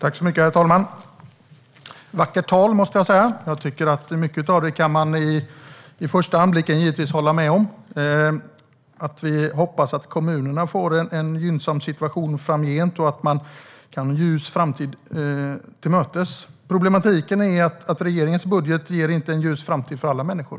Herr talman! Det var ett vackert tal. Mycket av det kan man i förstone givetvis hålla med om. Vi hoppas att kommunerna får en gynnsam situation framgent och går en ljus framtid till mötes. Problematiken är att regeringens budget inte ger en ljus framtid för alla människor.